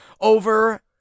over